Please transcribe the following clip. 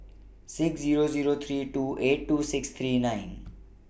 six Zero Zero three two eight two six three nine